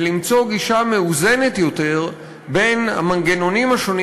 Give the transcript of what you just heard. ולמצוא גישה מאוזנת יותר בין המנגנונים השונים